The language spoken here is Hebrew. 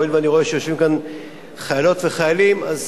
הואיל ואני רואה שיושבים כאן חיילות וחיילים, אז